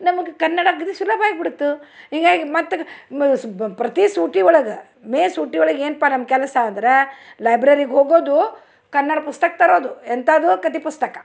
ನಮಗೆ ಕನ್ನಡ ಅಗದಿ ಸುಲಭ ಆಗ್ಬಿಡ್ತು ಹಿಂಗಾಗಿ ಮತ್ತು ಪ್ರತಿ ಸೂಟಿ ಒಳಗೆ ಮೇ ಸೂಟಿ ಒಳಗೆ ಏನಪ್ಪ ನಮ್ಮ ಕೆಲಸ ಅಂದ್ರೆ ಲೈಬ್ರರಿಗೆ ಹೋಗೋದು ಕನ್ನಡ ಪುಸ್ತಕ ತರೋದು ಎಂಥದು ಕಥೆ ಪುಸ್ತಕ